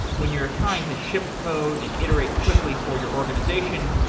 when you're trying to ship code and iterate quickly for your organization,